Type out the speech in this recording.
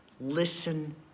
Listen